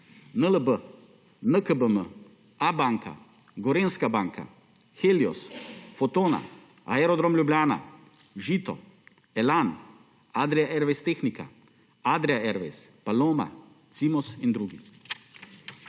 NLB, NKBM, A Banka, Gorenjska banka, Heilos, Fotona, Aerodrom Ljubljana, Žito, Elan, Adria Airways tehnika, Adria Airways, Paloma, Cimos in drugi.